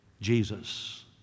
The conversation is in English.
Jesus